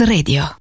Radio